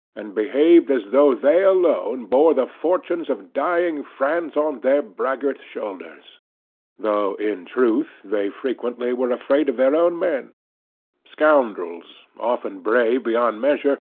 and behaved as though they alone bore the fortunes of dying france on their braggart shoulders though, in truth, they frequently were afraid of their own men scoundrels often brave beyond measure,